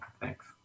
thanks